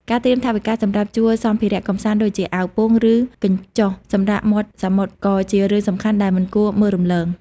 ការត្រៀមថវិកាសម្រាប់ជួលសម្ភារៈកម្សាន្ត ដូចជាអាវពោង ឬកញ្ចុះសម្រាកមាត់សមុទ្រ ក៏ជារឿងសំខាន់ដែលមិនគួរមើលរំលង។